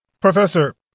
Professor